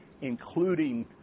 including